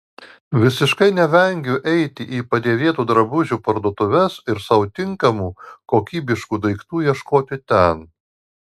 visiškai nevengiu eiti į padėvėtų drabužių parduotuves ir sau tinkamų kokybiškų daiktų ieškoti ten